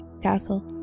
castle